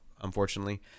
unfortunately